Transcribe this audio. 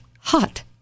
hot